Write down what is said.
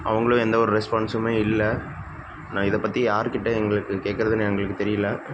அவங்களும் எந்த ஒரு ரெஸ்பான்ஸுமே இல்லை நான் இதைப் பற்றி யார்க் கிட்டே எங்களுக்கு கேட்கறதுன்னு எங்களுக்குத் தெரியல